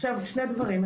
עכשיו שני דברים,